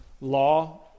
law